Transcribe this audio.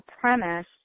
premise